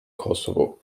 kosovo